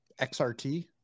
XRT